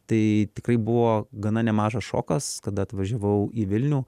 tai tikrai buvo gana nemažas šokas kada atvažiavau į vilnių